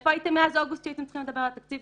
איפה הייתם מאז אוגוסט שהייתם צריכים לדבר על התקציב?